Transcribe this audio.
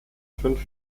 fünf